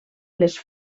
les